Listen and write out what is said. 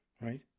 right